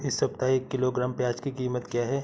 इस सप्ताह एक किलोग्राम प्याज की कीमत क्या है?